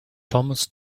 thomas